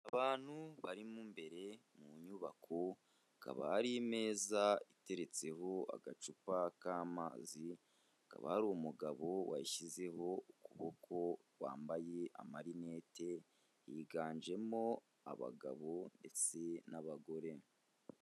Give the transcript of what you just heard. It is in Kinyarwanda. Abantu barimo imbere mu nyubako hakaba hari imeza iteretseho agacupa k'amazi, hakaba hari umugabo wayishyizeho ukuboko wambaye amarinete higanjemo abagabo ndetse n'abagore.